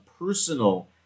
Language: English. personal